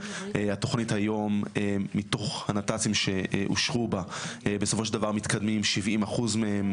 התוכנית היום מתוך הנת"צים שאושרו בה בסופו של דבר מתקדמים 70% מהם,